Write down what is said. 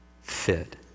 fit